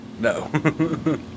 No